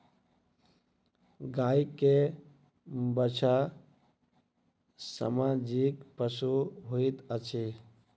गाय के बाछा सामाजिक पशु होइत अछि